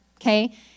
okay